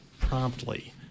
promptly